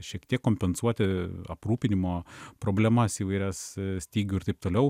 šiek tiek kompensuoti aprūpinimo problemas įvairias stygių ir taip toliau